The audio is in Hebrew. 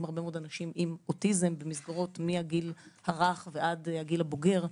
הרבה מאוד אנשים עם אוטיזם במסגרות מהגיל הרך עד הגיל הבוגר.